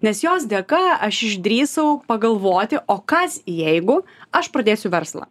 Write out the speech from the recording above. nes jos dėka aš išdrįsau pagalvoti o kas jeigu aš pradėsiu verslą